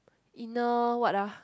inner what ah